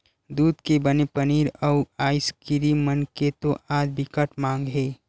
दूद के बने पनीर, अउ आइसकीरिम मन के तो आज बिकट माग हे